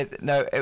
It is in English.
No